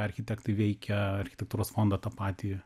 architektai veikia architektūros fondo tą patį